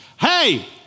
hey